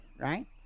right